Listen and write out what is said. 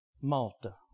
Malta